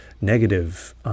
negative